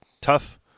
tough